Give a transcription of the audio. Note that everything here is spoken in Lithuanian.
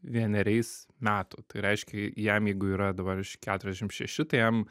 vieneriais metų tai reiškia jam jeigu yra dabar iš keturiasdešim šeši tai jam